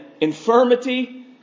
infirmity